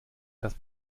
dass